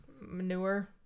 manure